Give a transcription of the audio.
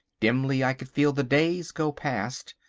dimly i could feel the days go past,